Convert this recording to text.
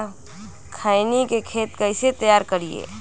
खैनी के खेत कइसे तैयार करिए?